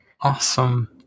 awesome